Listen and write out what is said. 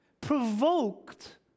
provoked